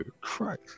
Christ